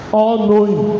all-knowing